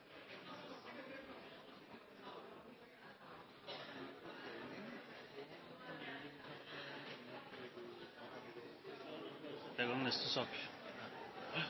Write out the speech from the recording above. lokalsamfunnet. Det var som en